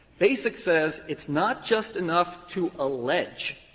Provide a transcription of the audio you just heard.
basic says it's not just enough to allege